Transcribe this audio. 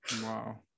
Wow